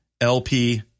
LP